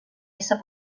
ésser